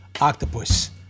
Octopus